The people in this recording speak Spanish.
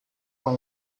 con